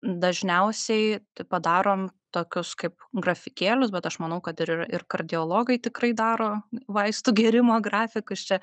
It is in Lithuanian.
dažniausiai tai padarom tokius kaip grafikėlius bet aš manau kad ir ir kardiologai tikrai daro vaistų gėrimo grafiką aš čia